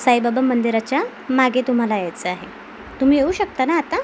साईबाबा मंदिराच्या मागे तुम्हाला यायचं आहे तुम्ही येऊ शकता ना आता